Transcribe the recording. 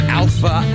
alpha